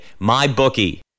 MyBookie